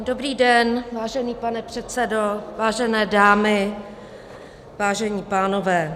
Dobrý den, vážený pane předsedo, vážené dámy, vážení pánové.